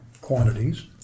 quantities